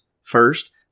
First